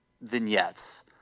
vignettes